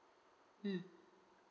mm